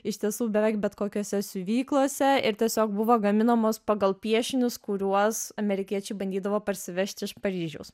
iš tiesų beveik bet kokiose siuvyklose ir tiesiog buvo gaminamos pagal piešinius kuriuos amerikiečiai bandydavo parsivežti iš paryžiaus